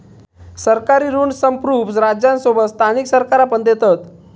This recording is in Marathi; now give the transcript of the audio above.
सरकारी ऋण संप्रुभ राज्यांसोबत स्थानिक सरकारा पण देतत